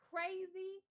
Crazy